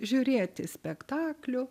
žiūrėti spektaklių